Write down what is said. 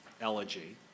elegy